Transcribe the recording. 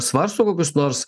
svarsto kokius nors